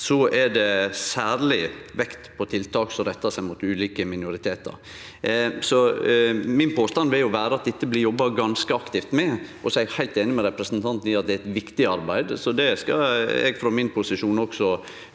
er det lagt særleg vekt på tiltak som rettar seg mot ulike minoritetar. Min påstand vil vere at det blir jobba ganske aktivt med dette. Eg er heilt einig med representanten i at det er eit viktig arbeid, så det skal eg frå min posisjon også